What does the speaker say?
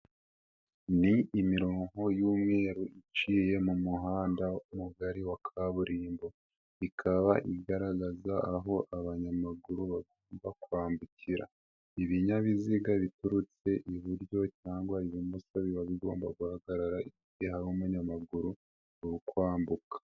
Ni imirongo y'umweru iciye mu muhanda mugari wa kaburimbo. Ikaba igaragaza aho abanyamaguru bagomba kwambukira. Ibinyabiziga biturutse iburyo cyangwa ibumoso biba bigomba guhagarara igihe hari umunyamaguru urikwambuka.